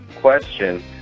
question